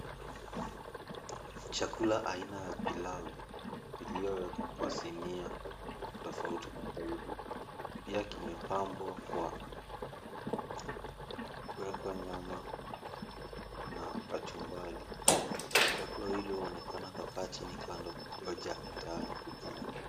Chakula aina ya pilau iliyowekwa kwa sinia tofauti tofauti. Pia kimepambwa kwa kuwekwa nyama na kachumbari. Watu wawili waonekana kukaa chini kando kungoja tayari kukila.